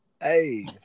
Hey